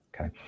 Okay